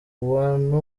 bantu